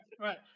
right